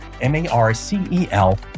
M-A-R-C-E-L